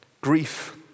grief